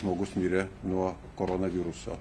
žmogus mirė nuo koronaviruso